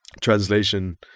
translation